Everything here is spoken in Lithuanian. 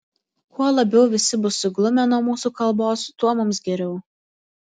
kuo labiau visi bus suglumę nuo mūsų kalbos tuo mums geriau